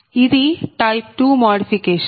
ఇది type 2 modification